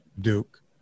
Duke